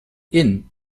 inn